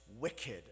wicked